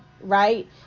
right